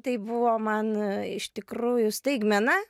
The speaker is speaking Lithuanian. tai buvo man iš tikrųjų staigmena